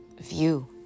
view